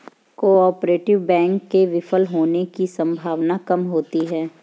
cooperative bank के विफल होने की सम्भावना काम होती है